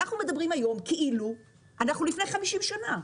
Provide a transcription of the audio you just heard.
אנחנו מדברים היום כאילו אנחנו לפני 50 שנה,